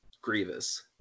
Grievous